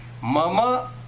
Mama